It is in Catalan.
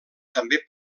també